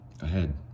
ahead